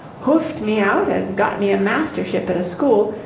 hoofed me out and got me a mastership at a school,